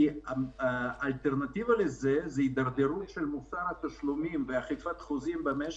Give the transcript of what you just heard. כי האלטרנטיבה לזה היא התדרדרות של מוסר התשלומים ואכיפת חוזים במשק,